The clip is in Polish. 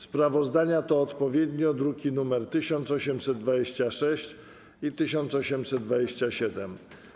Sprawozdania to odpowiednio druki nr 1826 i 1827.